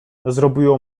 zrobiło